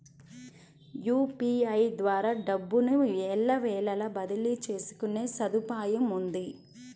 UPI ద్వారా డబ్బును ఎల్లవేళలా బదిలీ చేసుకునే సదుపాయముంది